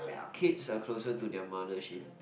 kids are closer to their mother